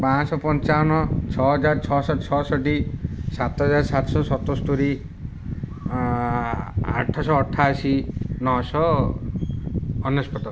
ପାଞ୍ଚ ଶହ ପଞ୍ଚାବନ ଛଅ ହଜାର ଛଅ ଶହ ଛଅଷଠି ସାତ ହଜାର ସାତ ଶହ ସତସ୍ତୋରି ଆଠ ଶହ ଅଠାଅଶୀ ନଅ ଶହ ଅନେଶ୍ୱତ